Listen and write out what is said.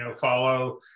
follow